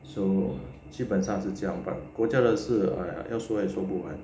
so 基本上是这样 but 国家的事哎呀要说也说不完